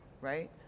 right